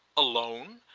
alone?